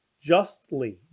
justly